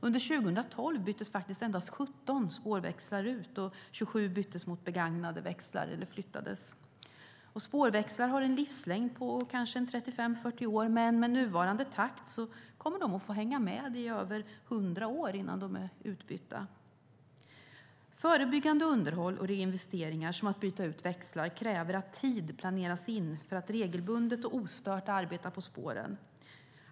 Under 2012 byttes faktiskt endast 17 spårväxlar ut, och 27 byttes mot begagnade växlar eller flyttades. Spårväxlar har en livslängd på kanske 35-40 år, men med nuvarande takt kommer de att få hänga med i över 100 år innan de är utbytta. Förebyggande underhåll och reinvesteringar, som att byta ut växlar, kräver att tid planeras in för att man regelbundet och ostört ska kunna arbeta på spåren.